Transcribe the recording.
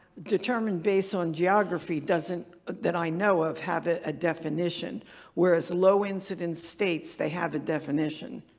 determined based on geography doesn't, that i know of, have ah a definition whereas low incident states, they have a definition.